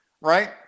right